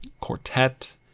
Quartet